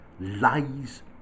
lies